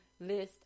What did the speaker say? list